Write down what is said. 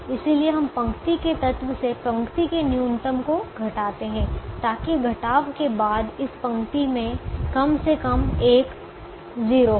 इसलिए हम पंक्ति के तत्व से पंक्ति के न्यूनतम को घटाते हैं ताकि घटाव के बाद इस पंक्ति में कम से कम 1 0 हो